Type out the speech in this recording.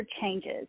changes